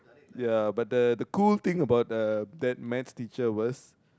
ya but the the cool thing about uh that maths teacher was